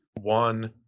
one